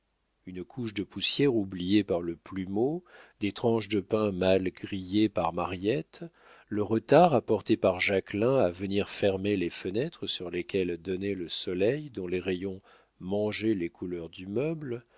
une couche de poussière oubliée par le plumeau des tranches de pain mal grillées par mariette le retard apporté par jacquelin à venir fermer les fenêtres sur lesquelles donnait le soleil dont les rayons mangeaient les couleurs du meuble